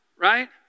right